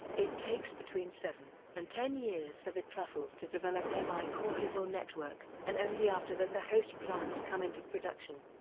it takes between seven and ten years for the truffles to develop their mycorrhizal network, and only after that the host-plants come into production.